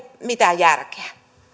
mitään järkeä